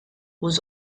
was